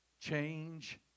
Change